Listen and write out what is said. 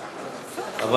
רוסית.